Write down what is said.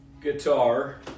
guitar